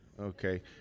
okay